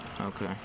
Okay